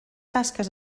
tasques